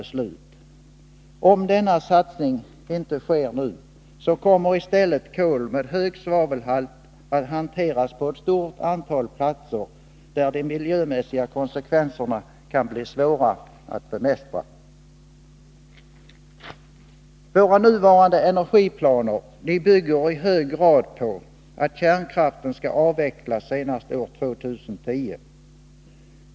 Om denna satsning inte sker nu, kommer i stället kol med hög svavelhalt att hanteras på ett stort antal platser, där de miljömässiga konsekvenserna kan bli svåra att bemästra. Våra nuvarande energiplaner bygger i hög grad på att kärnkraften skall avvecklas senast år 2010.